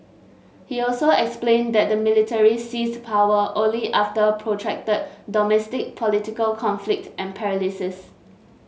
he also explained that the military seized power only after protracted domestic political conflict and paralysis